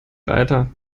weiter